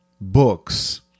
books